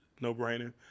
No-brainer